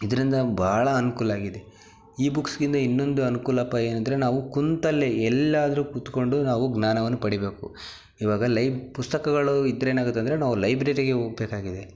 ಇದರಿಂದ ಬಹಳ ಅನುಕೂಲ ಆಗಿದೆ ಈ ಬುಕ್ಸಿಂದ ಇನ್ನೊಂದು ಅನುಕೂಲಪ್ಪ ಏನೆಂದ್ರೆ ನಾವು ಕೂತಲ್ಲೇ ಎಲ್ಲಾದರೂ ಕೂತ್ಕೊಂಡು ನಾವು ಜ್ಞಾನವನ್ನು ಪಡಿಬೇಕು ಇವಾಗ ಲೈ ಪುಸ್ತಕಗಳು ಇದ್ದರೇನಾಗುತ್ತಂದ್ರೆ ನಾವು ಲೈಬ್ರರಿಗೆ ಹೋಗಬೇಕಾಗಿದೆ